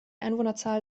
einwohnerzahl